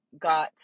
got